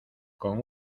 con